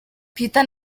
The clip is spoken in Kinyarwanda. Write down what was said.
peter